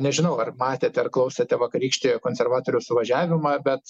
nežinau ar matėte ar klausėte vakarykštį konservatorių suvažiavimą bet